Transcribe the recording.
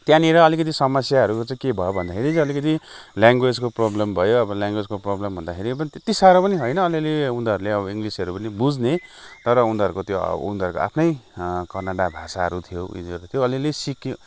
त्यहाँनिर अलिकति समस्याहरू चाहिँ के भयो भन्दाखेरि अलिकति ल्याङ्ग्वेजको प्रब्लम भयो अब ल्याङ्ग्वेजको प्रब्लम भन्दाखेरि पनि त्यति सारो पनि होइन अलिअलि उनीहरूले अब इङ्ग्लिसहरू पनि बुझ्ने तर उनीहरूको त्यो उनीहरूको आफ्नै कन्नड भाषाहरू थियो उनीहरू त्यो अलिअलि सिकियो